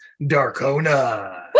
Darkona